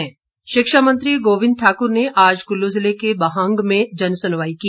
गोविंद ठाकुर शिक्षा मंत्री गोविंद ठाकुर ने आज कुल्लू ज़िले के बहांग में जनसुनवाई की